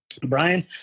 Brian